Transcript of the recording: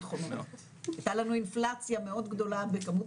הייתה לנו אינפלציה מאוד גדולה בכמות